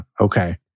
Okay